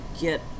get